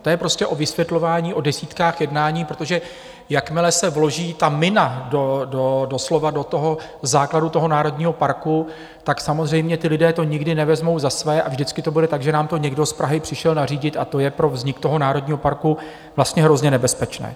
To je prostě o vysvětlování, o desítkách jednání, protože jakmile se vloží ta mina doslova do základu toho národního parku, tak samozřejmě ti lidé to nikdy nevezmou za své a vždycky to bude tak, že nám to někdo z Prahy přišel nařídit, a to je pro vznik toho národního parku vlastně hrozně nebezpečné.